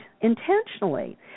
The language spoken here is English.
intentionally